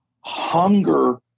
hunger